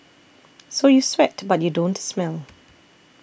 so you sweat but you don't smell